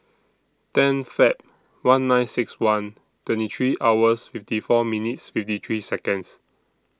ten Feb one nine six one twenty three hours fifty four minutes fifty three Seconds